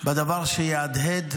בדבר שיהדהד